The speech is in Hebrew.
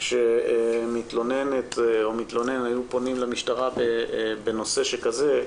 כאשר מתלוננת או מתלונן היו פונים למשטרה בנושא כזה,